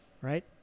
right